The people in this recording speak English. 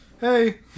hey